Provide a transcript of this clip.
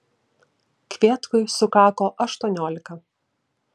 kvietkui sukako aštuoniolika